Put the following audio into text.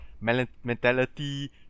mentality